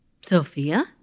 Sophia